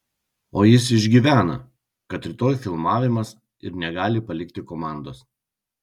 o jis išgyvena kad rytoj filmavimas ir negali palikti komandos